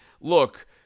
look